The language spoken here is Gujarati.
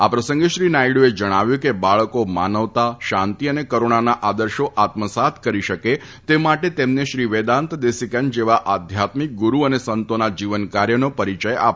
આ પ્રસંગે શ્રી નાથડુએ જણાવ્યું હતું કે બાળકો માનવતા શાંતિ તથા કરૂણાના આદર્શો આત્મસાત કરી શકે તે માટે તેમને શ્રી વેદાંત દેસીકન જેવા આધ્યારેત્મક ગુરૂ અને સંતોના જીવન કાર્યનો પરિચય આપવો જાઈએ